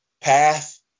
path